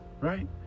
right